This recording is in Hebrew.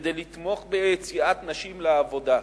כדי לתמוך ביציאת נשים לעבודה.